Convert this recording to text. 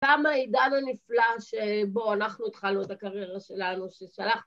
פעם בעידן הנפלא שבו אנחנו התחלנו את הקריירה שלנו, ששלחנו...